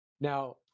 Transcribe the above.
Now